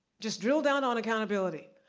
just drill down on accountability.